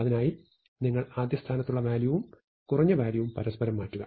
അതിനായി നിങ്ങൾ ആദ്യസ്ഥാനത്തുള്ള വാല്യൂവും കുറഞ്ഞ വാല്യൂവും പരസ്പരം മാറ്റുക